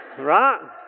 right